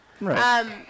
Right